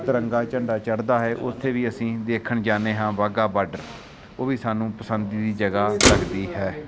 ਤਿਰੰਗਾ ਝੰਡਾ ਚੜ੍ਹਦਾ ਹੈ ਉੱਥੇ ਵੀ ਅਸੀਂ ਦੇਖਣ ਜਾਂਦੇ ਹਾਂ ਵਾਘਾ ਬਾਰਡਰ ਉਹ ਵੀ ਸਾਨੂੰ ਪਸੰਦ ਦੀ ਜਗ੍ਹਾ ਲੱਗਦੀ ਹੈ